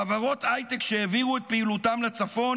חברות הייטק שהעבירו את פעילותן לצפון